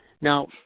Now